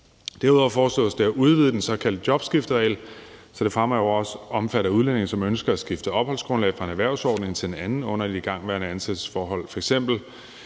Derudover foreslås det at udvide den såkaldte jobskifteregel, så den fremover også omfatter udlændinge, som ønsker at skifte opholdsgrundlag fra én erhvervsordning til en anden under et igangværende ansættelsesforhold,